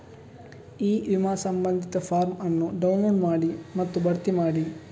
E ವಿಮಾ ಸಂಬಂಧಿತ form ಅನ್ನು ಡೌನ್ಲೋಡ್ ಮಾಡಿ ಮತ್ತು ಭರ್ತಿ ಮಾಡಿ